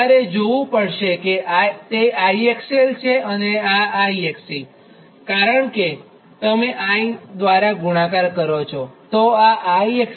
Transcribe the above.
તમારે જોવું પડશે કે તે IXL છે અને આ IXC કારણ કે તમે I દ્વારા ગુણાકાર કરો તો આ IXC છે